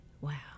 Wow